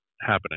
happening